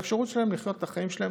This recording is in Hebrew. את האפשרות שלהם לחיות את החיים שלהם